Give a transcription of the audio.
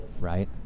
right